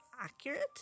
accurate